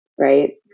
Right